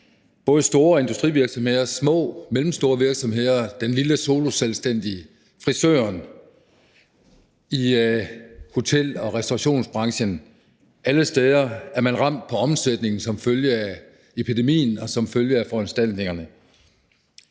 store industrivirksomheder, små og mellemstore virksomheder, den lille soloselvstændige, frisøren og hotel- og restaurationsbranchen. Alle steder er man ramt på omsætningen som følge af epidemien og som følge af de restriktioner